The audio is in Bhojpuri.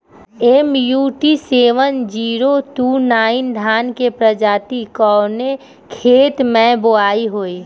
MUT seven zero two nine धान के प्रजाति कवने खेत मै बोआई होई?